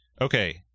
Okay